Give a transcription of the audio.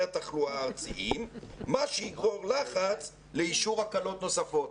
התחלואה הארציים מה שיגרור לחץ לאישור הקלות נוספות".